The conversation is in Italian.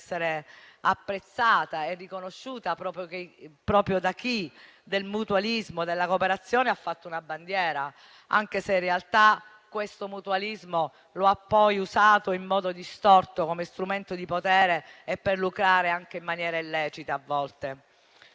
essere apprezzata e riconosciuta proprio da chi del mutualismo e della cooperazione ha fatto una bandiera, anche se, in realtà, questo mutualismo lo ha poi usato in modo distorto, come strumento di potere e per lucrare, a volte anche in maniera illecita. A tutto